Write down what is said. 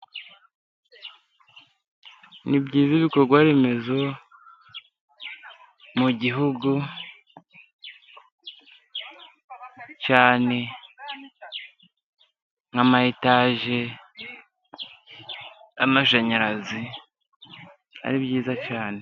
Ni byiza ibikorwa remezo mu gihugu .Cyane nk'amayetage n'amashanyarazi, ari byiza cyane.